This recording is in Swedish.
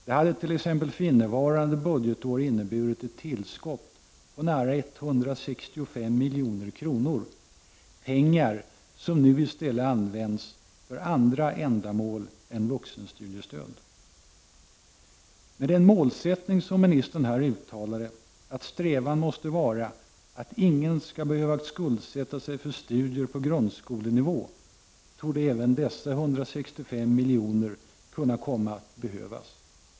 Det hade t.ex. för innevarande budgetår inneburit ett tillskott på närmare 165 milj.kr. — pengar som nu i stället används för andra ändamål än vuxenstudiestöd. Med den målsättning som ministern här uttalade, att strävan måste vara att ingen skall behöva skuldsätta sig för studier på grundskolenivå, torde även dessa 165 milj.kr. kunna komma att behövas.